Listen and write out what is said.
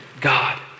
God